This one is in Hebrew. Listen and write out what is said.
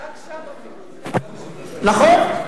נכון.